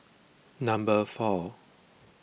number four